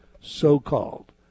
so-called